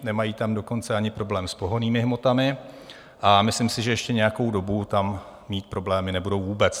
Nemají tam dokonce ani problém s pohonnými hmotami a myslím si, že ještě nějakou dobu tam problémy nebudou mít vůbec.